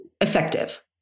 effective